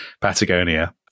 Patagonia